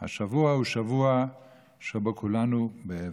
השבוע הוא שבוע שבו כולנו באבל.